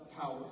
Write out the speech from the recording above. power